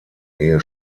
ehe